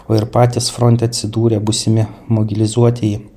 o ir patys fronte atsidūrę būsimi mobilizuotieji